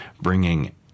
bringing